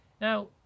now